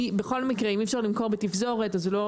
בכל מקרה, אם אי-אפשר למכור בתפזורת אז זה לא